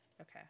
Okay